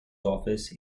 office